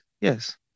yes